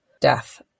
death